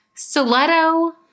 stiletto